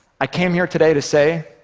i came here today to say,